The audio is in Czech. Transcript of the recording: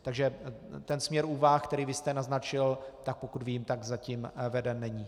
Takže ten směr úvah, který vy jste naznačil, tak pokud vím, tak zatím veden není.